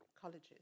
colleges